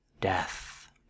Death